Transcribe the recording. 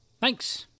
Thanks